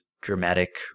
dramatic